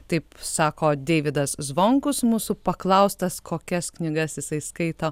taip sako deividas zvonkus mūsų paklaustas kokias knygas jisai skaito